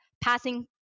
passing